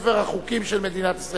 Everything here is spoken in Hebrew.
אני קובע שחוק מיסוי מקרקעין (שבח ורכישה)